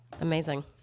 Amazing